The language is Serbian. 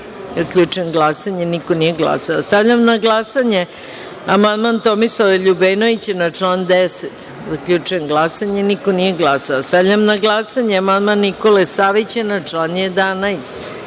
9.Zaključujem glasanje: niko nije glasao. Stavljam na glasanje amandman Tomislava Ljubenovića na član 10.Zaključujem glasanje: niko nije glasao. Stavljam na glasanje amandman Nikole Savića na član